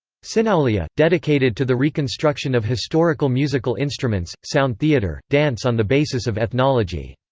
synaulia, dedicated to the reconstruction of historical musical instruments, sound theatre, dance on the basis of ethnology.